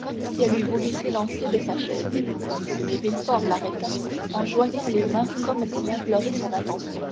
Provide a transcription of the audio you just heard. comme si elle eût voulu s'élancer de sa chaise mais villefort l'arrêta en joignant les mains comme pour implorer son attention